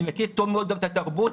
אני מכיר טוב מאוד גם את התרבות,